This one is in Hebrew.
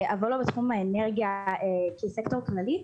אבל לא בתחום האנרגיה כסקטור כללי.